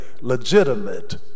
legitimate